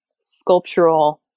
sculptural